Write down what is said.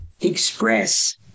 express